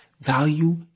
value